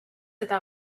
eta